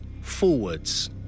forwards